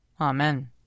Amen